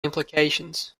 implications